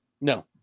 No